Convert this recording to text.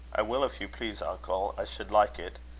i will, if you please, uncle. i should like it.